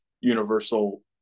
universal